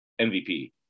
MVP